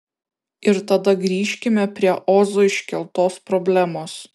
ir tada grįžkime prie ozo iškeltos problemos